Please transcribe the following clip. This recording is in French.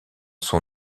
son